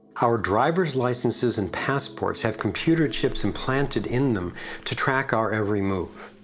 our driver's licenses and passports have computer chips implanted in them to track our every move,